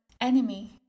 enemy